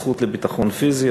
הזכות לביטחון פיזי,